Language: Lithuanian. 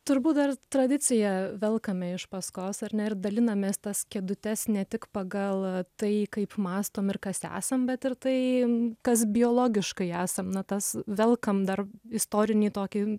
turbūt dar tradicija velkame iš paskos ar ne ir dalinamės tas kėdutes ne tik pagal tai kaip mąstom ir kas esam bet ir tai kas biologiškai esam na tas velkam dar istorinį tokį